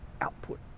output